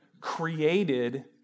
created